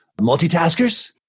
multitaskers